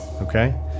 Okay